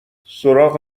سراغ